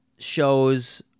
shows